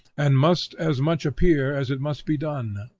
and must as much appear as it must be done,